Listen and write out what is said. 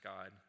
God